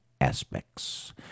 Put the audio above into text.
aspects